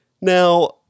Now